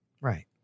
Right